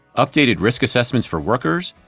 updated risk assessments for workers,